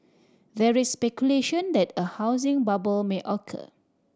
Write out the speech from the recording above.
there is speculation that a housing bubble may occur